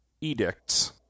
edicts